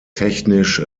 technisch